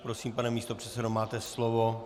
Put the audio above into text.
Prosím, pane místopředsedo, máte slovo.